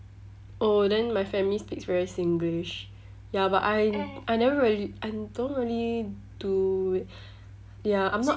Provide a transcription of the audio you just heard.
oh then my family speaks very singlish ya but I I never reall~ I don't really do i~ ya I'm not